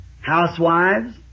housewives